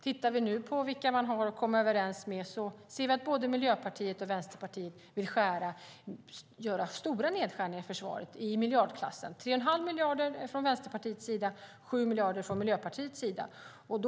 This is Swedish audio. Tittar vi nu på vilka man har att komma överens med ser vi att både Miljöpartiet och Vänsterpartiet vill göra stora nedskärningar i försvaret i miljardklassen, 3 1⁄2 miljard från Vänsterpartiets sida och 7 miljarder från Miljöpartiets sida.